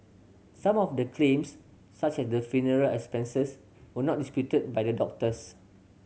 some of the claims such as for funeral expenses were not disputed by the doctors